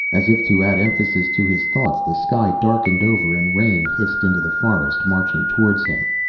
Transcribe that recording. as if to add emphasis to his thoughts, the sky darkened over and rain hissed into the forest, marching towards him.